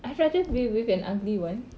I rather be with an ugly one